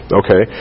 okay